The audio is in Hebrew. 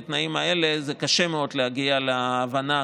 בתנאים האלה קשה מאוד להגיע להבנה,